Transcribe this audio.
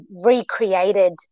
recreated